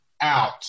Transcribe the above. out